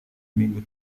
minggu